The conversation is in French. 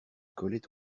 collait